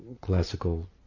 classical